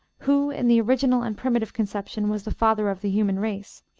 who, in the original and primitive conception, was the father of the human race,